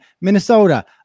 Minnesota